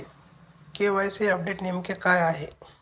KYC update नेमके काय आहे?